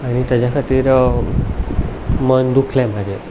आनी तेच्या खातीर मन दुखलें म्हाजें